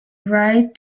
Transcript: right